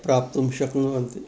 प्राप्तुं शक्नुवन्ति